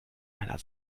einer